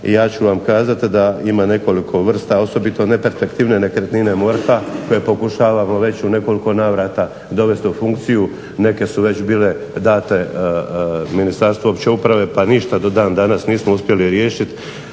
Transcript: ja ću vam kazati da ima nekoliko vrsta, osobito … /Govornik se ne razumije./… nekretnine MORH-a koje pokušavamo već u nekoliko navrata dovesti u funkciju. Neke su već bile date Ministarstvu opće uprave pa ništa do dan danas nismo uspjeli riješiti.